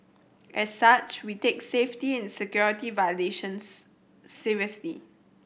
as such we take safety and security violations seriously